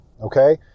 okay